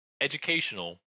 educational